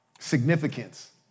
Significance